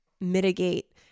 mitigate